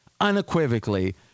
unequivocally